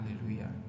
hallelujah